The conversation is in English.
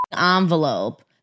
envelope